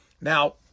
Now